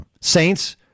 Saints